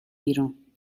بیرون